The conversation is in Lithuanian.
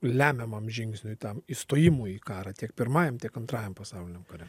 lemiamam žingsniui tam įstojimui į karą tiek pirmajam tiek antrajam pasauliniam kare